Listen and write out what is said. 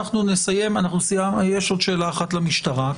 יש עוד שאלה אחת למשטרה,